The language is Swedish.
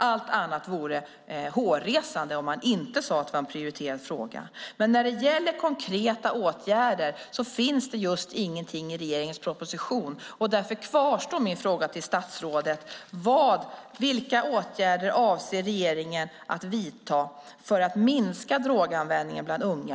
Det vore hårresande om man inte sade att det var en prioriterad fråga. Men när det gäller konkreta åtgärder finns det just ingenting i regeringens proposition. Därför kvarstår min fråga till statsrådet: Vilka konkreta åtgärder avser regeringen att vidta för att minska droganvändningen bland unga?